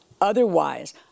Otherwise